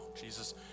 Jesus